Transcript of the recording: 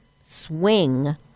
swing